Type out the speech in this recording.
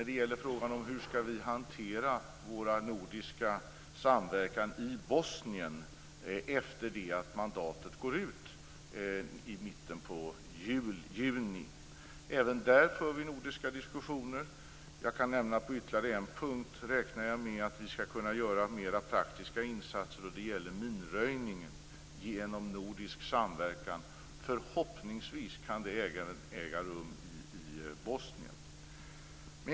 Det gäller frågan om hur vi skall hantera vår nordiska samverkan i Bosnien efter det att mandatet går ut i mitten på juni. Även där för vi nordiska diskussioner. Jag kan nämna att jag på ytterligare en punkt räknar med att vi skall kunna göra mer praktiska insatser. Det gäller minröjning genom nordisk samverkan. Förhoppningsvis kan det äga rum i Bosnien.